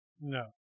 No